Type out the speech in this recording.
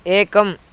एकम्